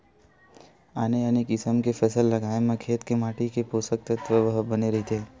आने आने किसम के फसल लगाए म खेत के माटी के पोसक तत्व ह बने रहिथे